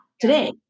today